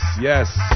yes